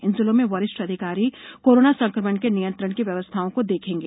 इन जिलों में वरिष्ठ अधिकारी कोरोना संक्रमण के नियंत्रण की व्यवस्थाओं को देखेंगे